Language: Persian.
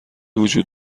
وجود